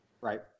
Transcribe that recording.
Right